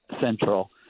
Central